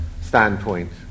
standpoint